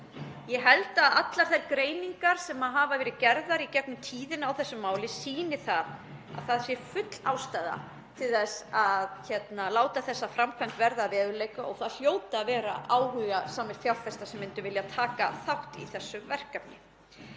Ég held að allar þær greiningar sem hafa verið gerðar í gegnum tíðina á þessu máli sýni að það sé full ástæða til þess að láta þessa framkvæmd verða að veruleika og það hljóta að vera áhugasamir fjárfestar sem myndu vilja taka þátt í þessu verkefni.